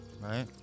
Right